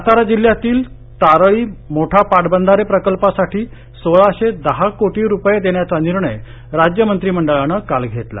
सातारा जिल्ह्यातील तारळी मोठा पाटबंधारे प्रकल्पासाठी सोळाशे दहा कोटी रुपये देण्याचा निर्णय राज्य मंत्रीमंडळान काल घेतला